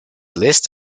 list